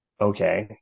Okay